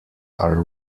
are